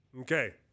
Okay